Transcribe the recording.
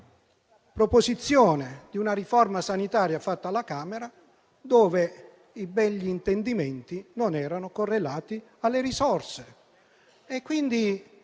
proposta di riforma sanitaria fatta alla Camera, in cui i begli intendimenti non erano correlati alle risorse.